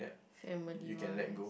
family wise